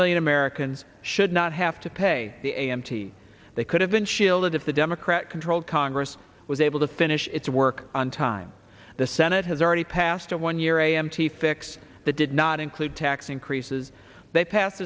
million americans should not have to pay the a m t they could have been shielded if the democrat controlled congress was able to finish its work on time the senate has already passed a one year a m t fix that did not include tax increases they passed